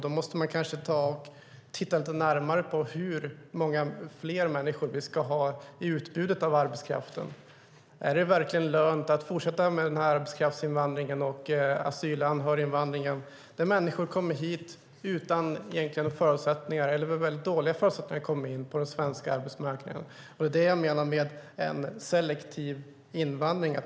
Då måste man kanske titta lite närmare på hur många fler människor vi ska ha i utbudet av arbetskraft. Är det verkligen lönt att fortsätta med den här arbetskraftsinvandringen och asyl och anhöriginvandringen, där människor kommer hit utan några förutsättningar eller med väldigt dåliga förutsättningar att komma in på den svenska arbetsmarknaden? Det är det jag menar när jag talar om selektiv invandring.